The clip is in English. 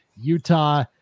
Utah